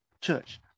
church